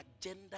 agenda